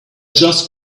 just